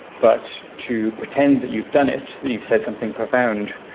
but to pretend that you've done it, that you've said something profound,